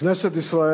מאה אחוז.